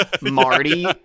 Marty